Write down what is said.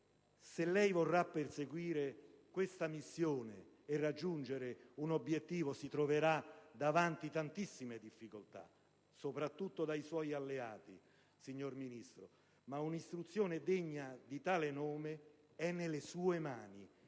Se lei vorrà perseguire questa missione e raggiungere un obiettivo si troverà davanti tantissime difficoltà, soprattutto da parte dei suoi alleati, signora Ministro, ma un'istruzione degna di tale nome è nelle sue mani,